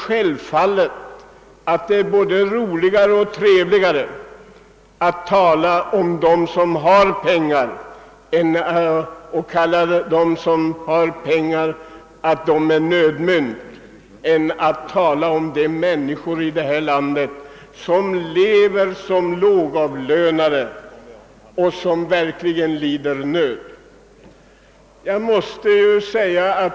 Det är naturligtvis roligare att tala om dem som har pengar och som kallar pengar för nödmynt än att tala om de människor i detta land som är lågavlönade och verkligen lider nöd.